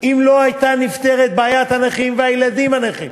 אם לא הייתה נפתרת בעיית הנכים והילדים הנכים